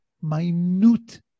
minute